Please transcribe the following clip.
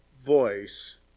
voice